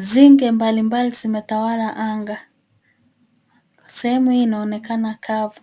Nzige mbalimbali zimetawala anga. Sehemu hii inaonekana kavu.